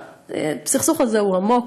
הסכסוך הזה הוא עמוק,